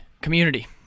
community